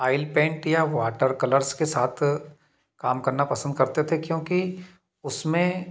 oil paint या water colours के साथ काम करना पसंद करते थे क्योंकि उसमें